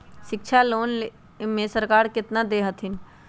शिक्षा लोन में सरकार केतना लोन दे हथिन?